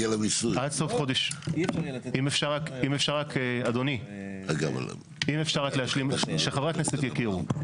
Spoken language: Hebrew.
אם אפשר רק להשלים כדי שחברי הכנסת יכירו,